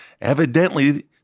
Evidently